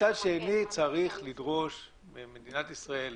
מצד שני צריך לדרוש ממדינת ישראל,